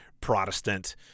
Protestant